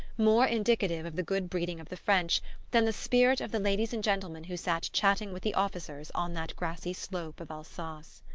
more indicative of the good-breeding of the french than the spirit of the ladies and gentlemen who sat chatting with the officers on that grassy slope of alsace.